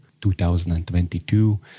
2022